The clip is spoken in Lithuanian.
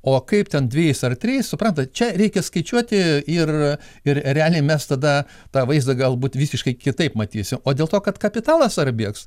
o kaip ten dvejais ar trys suprantat čia reikia skaičiuoti ir ir realiai mes tada tą vaizdą galbūt visiškai kitaip matysim o dėl to kad kapitalas ar bėgs